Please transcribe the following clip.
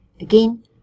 Again